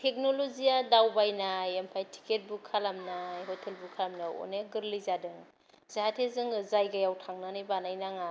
टेकन'लजिया दावबायनाय ओमफ्राय ticket book खालामनाय हटेल बुक खालामनायाव अनेक गोरलै जादों जाहाथे जोङो जायगायाव थांनानै बानाय नाङा